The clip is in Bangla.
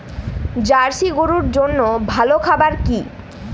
জার্শি গরুর জন্য ভালো খাবার কি হবে?